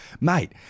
mate